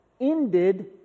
ended